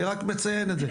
אני רק מציין את זה,